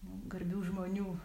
garbių žmonių